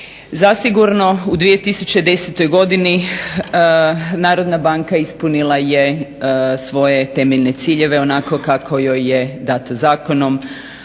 Zasigurno u 2010. godini Narodna banka ispunila je svoje temeljne ciljeve onako kako joj je dat zakonom,